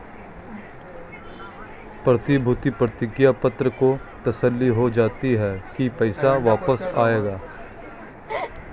प्रतिभूति प्रतिज्ञा पत्र से तसल्ली हो जाती है की पैसा वापस आएगा